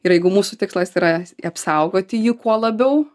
ir jeigu mūsų tikslas yra apsaugoti jį kuo labiau